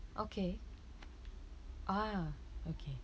okay ah okay